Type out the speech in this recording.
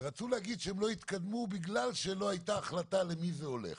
רצו להגיד שהן לא התקדמו בגלל שלא הייתה החלטה למי זה הולך.